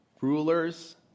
rulers